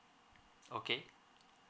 okay